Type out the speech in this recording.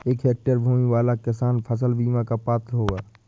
क्या एक हेक्टेयर भूमि वाला किसान फसल बीमा का पात्र होगा?